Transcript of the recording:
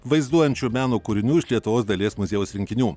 vaizduojančių meno kūrinių iš lietuvos dailės muziejaus rinkinių